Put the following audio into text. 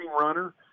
runner